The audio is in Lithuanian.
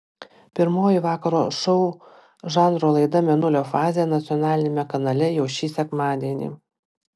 pirmoji vakaro šou žanro laida mėnulio fazė nacionaliniame kanale jau šį sekmadienį